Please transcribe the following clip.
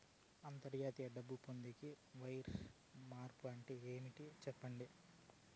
అంతర్జాతీయ డబ్బు పొందేకి, వైర్ మార్పు అంటే ఏమి? సెప్పండి?